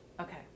Okay